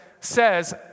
says